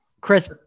Chris